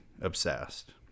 obsessed